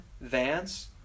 Vance